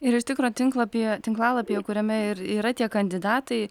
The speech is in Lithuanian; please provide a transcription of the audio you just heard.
ir iš tikro tinklapyje tinklalapyje kuriame ir yra tie kandidatai